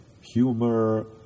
humor